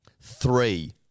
Three